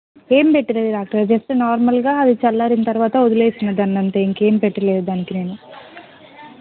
ఏం పెట్టలేదు doctor just నార్మల్గా అవి చల్లారిన తరువాత వదిలేసినా దాని అంతే ఇంకేమి పెట్టలేదు దానికి నేను